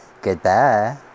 Goodbye